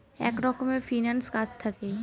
এক রকমের ফিন্যান্স কাজ থাকে